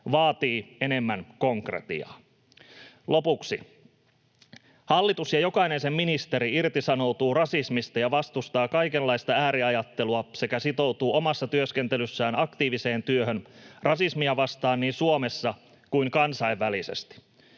vaatii enemmän konkretiaa. Lopuksi: ”Hallitus ja jokainen sen ministeri irtisanoutuu rasismista ja vastustaa kaikenlaista ääriajattelua sekä sitoutuu omassa työskentelyssään aktiiviseen työhön rasismia vastaan niin Suomessa kuin kansainvälisesti.”